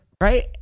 Right